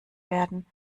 werden